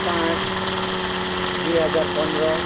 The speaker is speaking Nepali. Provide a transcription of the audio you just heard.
पाँच दुई हजार पन्ध्र